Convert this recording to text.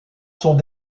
sont